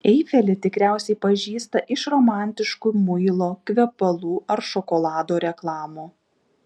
eifelį tikriausiai pažįsta iš romantiškų muilo kvepalų ar šokolado reklamų